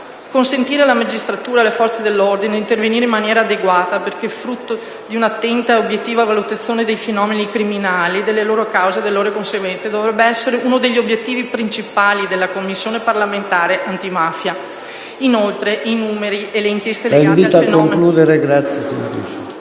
Consentire alla magistratura e alle forze dell'ordine di intervenire in maniera adeguata, perché frutto di un'attenta ed obiettiva valutazione dei fenomeni criminali, delle loro cause e delle loro conseguenze, dovrebbe essere uno degli obiettivi principali della Commissione parlamentare antimafia. Lottare contro le ecomafie significa quindi tutelare la salute